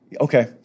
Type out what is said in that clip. Okay